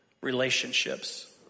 relationships